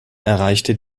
erreichte